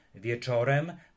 wieczorem